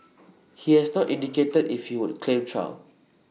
he has not indicated if he would claim trial